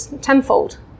tenfold